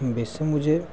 वैसे मुझे